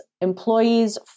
employees